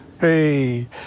Hey